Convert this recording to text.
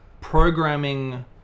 programming